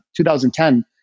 2010